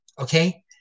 okay